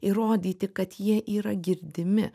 įrodyti kad jie yra girdimi